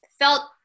felt